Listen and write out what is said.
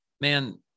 man